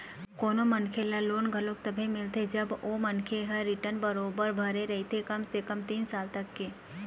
कोनो मनखे ल लोन घलोक तभे मिलथे जब ओ मनखे ह रिर्टन बरोबर भरे रहिथे कम से कम तीन साल तक के